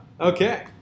Okay